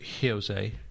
Jose